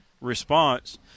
response